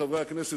חברי הכנסת,